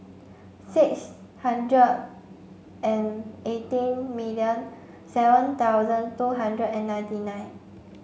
six hundred and eighteen million seven thousand two hundred and ninety nine